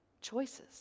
choices